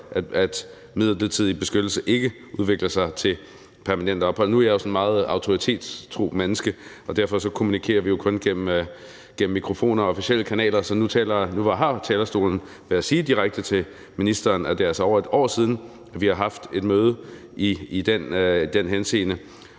at midlertidig beskyttelse ikke udvikler sig til permanent ophold. Nu er jeg jo sådan et meget autoritetstro menneske, og derfor kommunikerer vi jo kun igennem mikrofoner og officielle kanaler, så nu, hvor jeg har talerstolen, vil jeg sige direkte til ministeren, at det altså er over et år siden, vi har haft et møde i den henseende,